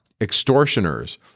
extortioners